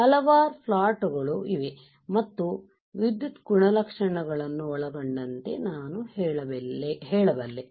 ಹಲವಾರು ಪ್ಲಾಟ್ ಗಳು ಇವೆ ಮತ್ತು ವಿದ್ಯುತ್ ಗುಣಲಕ್ಷಣಗಳನ್ನು ಒಳಗೊಂಡಂತೆ ನಾನು ಹೇಳಬಲ್ಲೆ